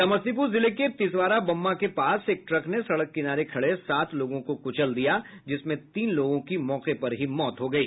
समस्तीपूर जिले के तिसवारा बम्मा के पास एक ट्रक ने सड़क किनारे खड़े सात लोगों को कुचल दिया जिसमें तीन लोगों की मौत मौके पर ही हो गयी